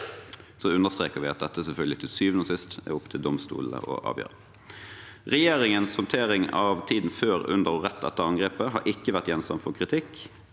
Vi understreker selvfølgelig at dette til syvende og sist er opp til domstolene å avgjøre. – Regjeringens håndtering av tiden før, under og rett etter angrepet har ikke vært gjenstand for kritikk.